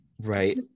right